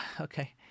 okay